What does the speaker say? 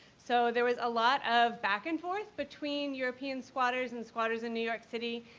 so there was a lot of back-and-forth between european squatters and squatters in new york city,